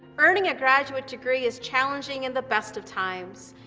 earning a graduate degree is challenging in the best of times.